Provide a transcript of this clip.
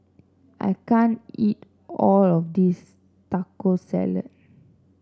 I can't eat all of this Taco Salad